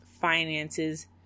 finances